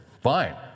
Fine